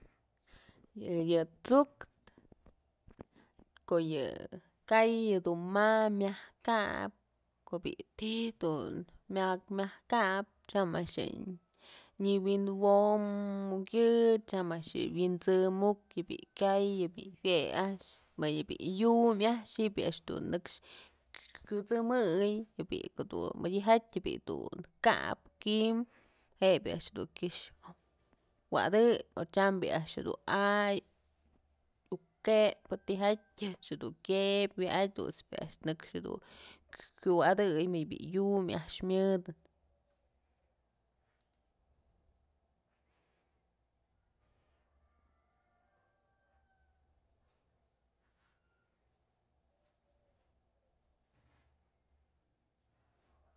Yë tsu'uktë ko'o yë kay yëdun ma'a myaj kabë ko'o bi'i ti dun myaj kabë, tyam axjë nyëwi'in womukyë tyaj a'ax je'e wi'insëmuk bi'i kyay bi'i jue a'ax më yë bi'i yum a'axën ji'ib bi'a a'ax nëkx kyusëmëy je'e bi'i jedun mëdyë jatyë dun kap kymbë je'e bi'i a'ax dun kyëx wa'atëp o tyam bi'ia a'ax jedun a'ay iuk këpë tijatyë a'ax jedun kyëb wa'atyë dun's bi'i a'ax nëkxë jedun kyuwa'adëy më bi'i yum a'ax myëdë.